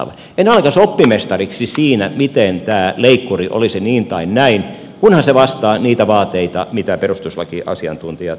en alkaisi oppimestariksi siinä miten tämä leikkuri olisi niin tai näin kunhan se vastaa niitä vaateita mitä perustuslakiasiantuntijat edellyttävät